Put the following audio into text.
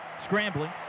Scrambling